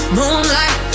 moonlight